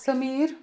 Sameer